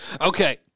Okay